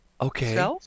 okay